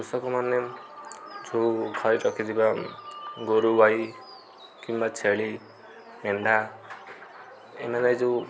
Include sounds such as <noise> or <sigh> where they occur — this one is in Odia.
କୃଷକ ମାନେ ଯେଉଁ <unintelligible> ଗୋରୁ ଗାଈ କିମ୍ବା ଛେଳି ମେଣ୍ଢା ଏମାନେ ଯେଉଁ